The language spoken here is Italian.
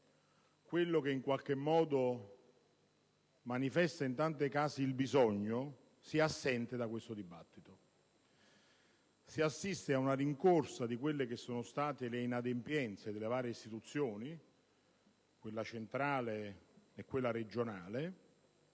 (quello che in qualche modo manifesta in tanti casi il bisogno) sia assente da questo dibattito. Si assiste a una rincorsa di quelle che sono state le inadempienze delle varie istituzioni - quella centrale e quella regionale